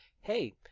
hey